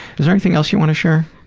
is there anything else you wanna share?